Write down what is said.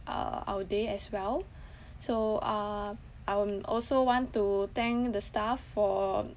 uh our day as well so uh I um also want to thank the staff for